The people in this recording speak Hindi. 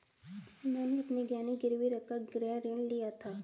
मैंने अपने गहने गिरवी रखकर गृह ऋण लिया था